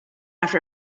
after